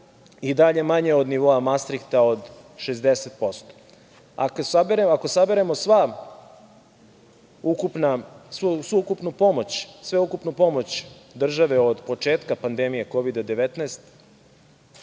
i dalje manje od nivoa Mastrihta od 60%. Ako saberemo sveukupnu pomoć države od početka pandemije Kovida-19